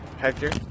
hector